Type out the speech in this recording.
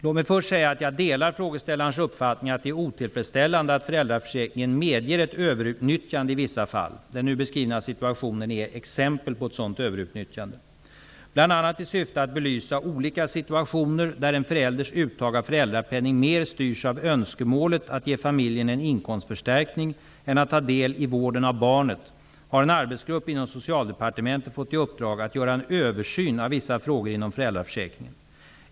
Låt mig först säga att jag delar frågeställarens uppfattning att det är otillfredsställande att föräldraförsäkringen medger ett överutnyttjande i vissa fall. Den nu beskrivna situationen är exempel på sådant överutnyttjande. Bl.a. i syfte att belysa olika situationer, där en förälders uttag av föräldrapenning mer styrs av önskemålet att ge familjen en inkomstförstärkning än av att ta del i vården av barnet, har en arbetsgrupp inom Socialdepartementet fått i uppdrag att göra en översyn av vissa frågor inom föräldraförsäkringen.